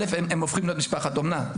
הם הופכים להיות משפחת אומנה.